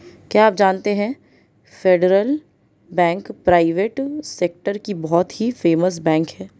क्या आप जानते है फेडरल बैंक प्राइवेट सेक्टर की बहुत ही फेमस बैंक है?